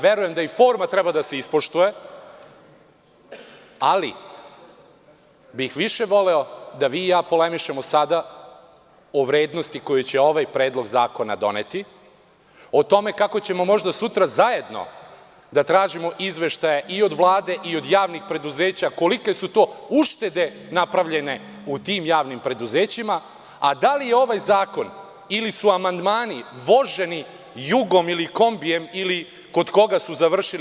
Verujem da i forma treba da se ispoštuje, ali bih više voleo da vi i ja polemišemo sada o vrednosti koju će ovaj predlog zakona doneti, o tome kako ćemo možda sutra zajedno da tražimo izveštaje od Vlade i javnih preduzeća kolike su to uštede napravljene u tim javnim preduzećima, a ne da li je ovaj zakon ili su amandmani voženi „Jugom“ ili kombijem ili kod koga su završili.